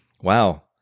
Wow